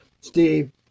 Steve